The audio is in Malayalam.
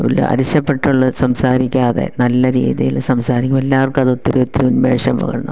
ഉള്ള അരിശപ്പെട്ടുള്ള സംസാരിക്കാതെ നല്ല രീതിയിൽ സംസാരിക്കുമ്പം എല്ലാവർക്കും അതൊത്തിരി ഒത്തിരി ഉന്മേഷം പകരുന്നു